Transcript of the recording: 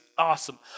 awesome